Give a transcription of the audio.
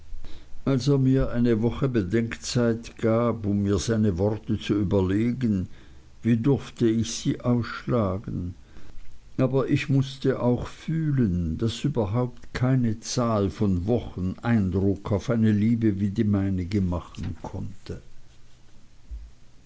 er mir eine woche bedenkzeit gab um mir seine worte zu überlegen wie durfte ich sie ausschlagen aber ich mußte auch fühlen daß überhaupt keine zahl von wochen eindruck auf eine liebe wie die meinige machen konnte